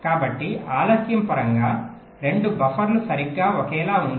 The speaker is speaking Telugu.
కాబట్టి ఆలస్యం పరంగా 2 బఫర్లు సరిగ్గా ఒకేలా ఉండవు